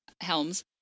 Helms